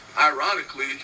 Ironically